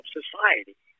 society